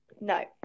no